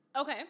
Okay